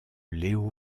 léo